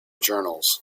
journals